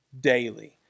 daily